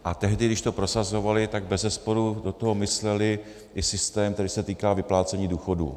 A tehdy, když to prosazovali, tak bezesporu do toho mysleli i systém, který se týká vyplácení důchodů.